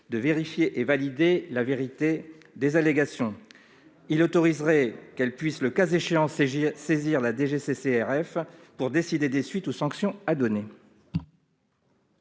de vérifier et valider la vérité des allégations. Il l'autoriserait, le cas échéant, à saisir la DGCCRF, pour décider des suites ou sanctions à donner.